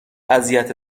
اذیت